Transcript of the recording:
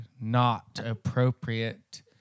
not-appropriate